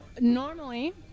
normally